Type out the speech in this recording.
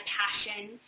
passion